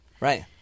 right